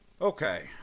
Okay